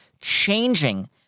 changing